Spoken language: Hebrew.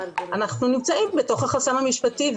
אנחנו נמצאים בתוך החסם המשפטי.